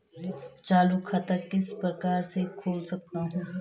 चालू खाता किस प्रकार से खोल सकता हूँ?